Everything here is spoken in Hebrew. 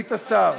סגנית השר,